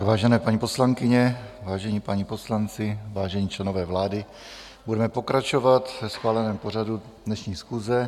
Vážené paní poslankyně, vážení páni poslanci, vážení členové vlády, budeme pokračovat ve schváleném pořadu dnešní schůze.